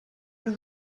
you